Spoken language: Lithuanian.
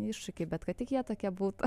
iššūkiai bet kad tik jie tokie būtų